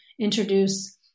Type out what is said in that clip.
introduce